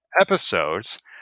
episodes